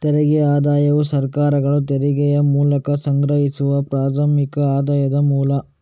ತೆರಿಗೆ ಆದಾಯವು ಸರ್ಕಾರಗಳು ತೆರಿಗೆಯ ಮೂಲಕ ಸಂಗ್ರಹಿಸುವ ಪ್ರಾಥಮಿಕ ಆದಾಯದ ಮೂಲ